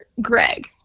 Greg